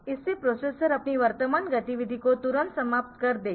इससे प्रोसेसर अपनी वर्तमान गतिविधि को तुरंत समाप्त कर देगा